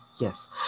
Yes